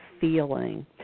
feeling